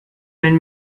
wenn